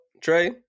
Trey